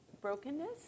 brokenness